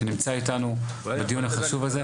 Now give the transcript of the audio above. שנמצא איתנו בדיון החשוב הזה.